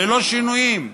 ללא שינויים.